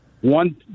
one